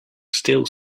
still